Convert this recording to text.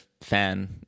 fan